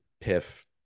Piff